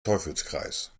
teufelskreis